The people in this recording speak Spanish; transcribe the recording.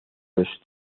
los